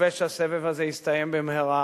נקווה שהסבב הזה יסתיים במהרה,